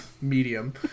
Medium